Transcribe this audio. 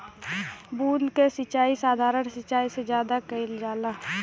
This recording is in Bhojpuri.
बूंद क सिचाई साधारण सिचाई से ज्यादा कईल जाला